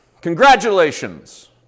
Congratulations